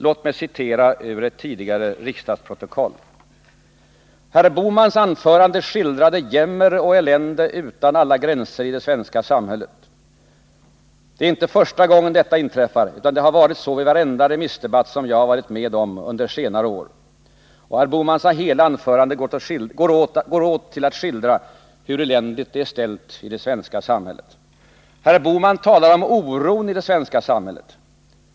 Låt mig citera ur ett tidigare riksdagsprotokoll: ”Herr Bohmans anförande skildrade jämmer och elände utan alla gränser i det svenska samhället. Det är inte första gången detta inträffar, utan det har varit så vid varenda remissdebatt som jag har varit med om på senare år, att herr Bohmans hela anförande går åt att skildra hur eländigt det är ställt i det svenska samhället. ——-— Herr Bohman talade om oron i det svenska samhället.